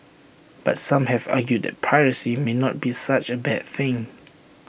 but some have argued that piracy may not be such A bad thing